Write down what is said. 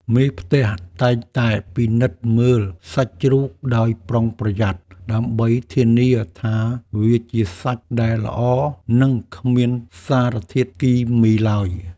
មេផ្ទះតែងតែពិនិត្យមើលសាច់ជ្រូកដោយប្រុងប្រយ័ត្នដើម្បីធានាថាវាជាសាច់ដែលល្អនិងគ្មានសារធាតុគីមីឡើយ។